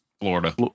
Florida